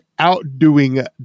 outdoing